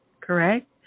Correct